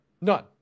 None